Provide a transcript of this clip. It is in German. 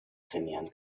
trainieren